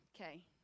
okay